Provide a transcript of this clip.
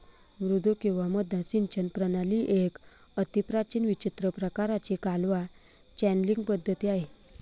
मुद्दू किंवा मद्दा सिंचन प्रणाली एक अतिप्राचीन विचित्र प्रकाराची कालवा चॅनलींग पद्धती आहे